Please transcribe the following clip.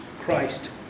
Christ